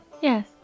Yes